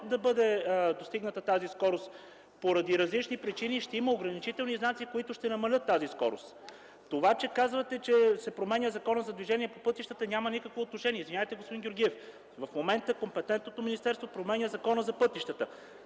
да бъде достигната тази скорост, поради различни причини, ще има ограничителни знаци, които ще намалят тази скорост. Това, че казвате, че се променя Законът за движение по пътищата, няма никакво отношение. Извинявайте, господин Георгиев, в момента компетентното министерство променя Закона за пътищата,